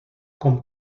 com